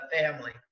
family